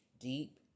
deep